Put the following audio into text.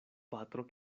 patro